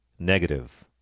Negative